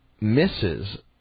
misses